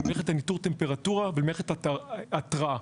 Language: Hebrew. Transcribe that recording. למערכת לניטור טמפרטורה ולמערכת ההתראה.